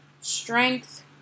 strength